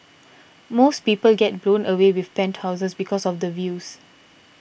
most people get blown away with penthouses because of the views